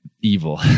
evil